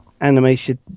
animation